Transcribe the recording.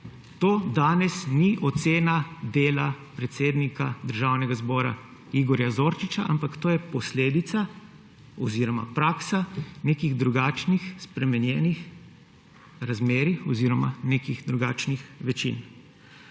to danes ni ocena dela predsednika Državnega zbora Igorja Zorčiča. To je posledica oziroma praksa nekih drugačnih, spremenjenih razmerij oziroma nekih drugačnih večin.